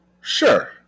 Sure